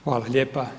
Hvala lijepa.